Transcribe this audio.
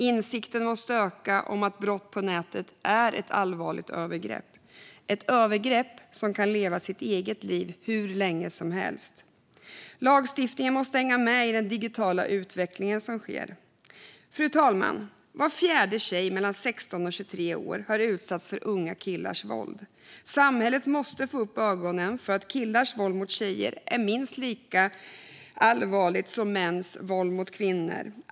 Insikten måste öka om att brott på nätet är ett allvarligt övergrepp som kan leva sitt eget liv hur länge som helst. Lagstiftningen måste hänga med i den digitala utveckling som sker. Fru talman! Var fjärde tjej mellan 16 och 23 år har utsatts för unga killars våld. Samhället måste få upp ögonen för att killars våld mot tjejer är minst lika allvarligt som mäns våld mot kvinnor.